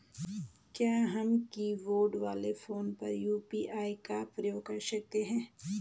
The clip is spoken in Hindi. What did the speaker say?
क्या हम कीबोर्ड वाले फोन पर यु.पी.आई का प्रयोग कर सकते हैं?